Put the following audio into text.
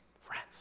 friends